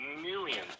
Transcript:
millions